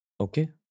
Okay